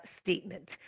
statement